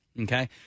okay